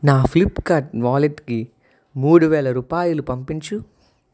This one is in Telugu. నా ఫ్లిప్ కార్ట్ వాలెట్ కి మూడు వేల రూపాయలు పంపించు